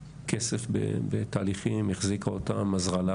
כסף בתהליכים, החזיקה אותם, עזרה.